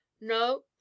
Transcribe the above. no